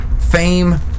fame